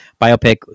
biopic